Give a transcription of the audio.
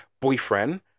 Boyfriend